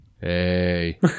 Hey